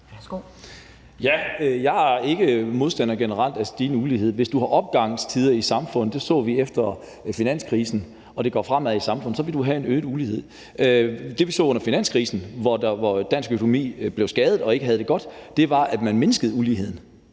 Ja. Jeg er ikke generelt modstander af stigende ulighed. Hvis du har opgangstider i samfundet – det så vi efter finanskrisen – og det går fremad i samfundet, vil du have en øget ulighed. Det, vi så under finanskrisen, hvor dansk økonomi blev skadet og ikke havde det godt, var, at man mindskede uligheden.